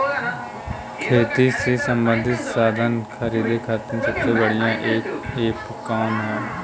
खेती से सबंधित साधन खरीदे खाती सबसे बढ़ियां एप कवन ह?